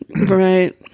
Right